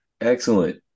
excellent